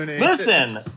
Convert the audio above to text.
Listen